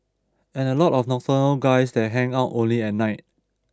and a lot of nocturnal guys that hang out only at night